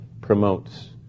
promotes